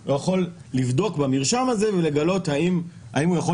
הוא יכול לבדוק במרשם הזה ולגלות האם הוא יכול